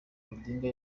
odinga